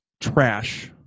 trash